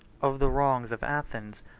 of the wrongs of athens,